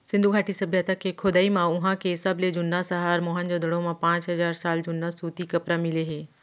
सिंधु घाटी सभ्यता के खोदई म उहां के सबले जुन्ना सहर मोहनजोदड़ो म पांच हजार साल जुन्ना सूती कपरा मिले हे